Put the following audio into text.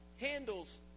handles